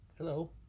Hello